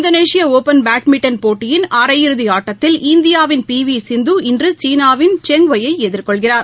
இந்தோனேஷிபாஒப்பன் badminton போட்டியின் அரை இறுதிஆட்டத்தில் இந்தியாவின் பிவிசிந்து இன்றுசீனாவின் சென் ஒய் யைஎதிர்கொள்கிறார்